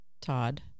Todd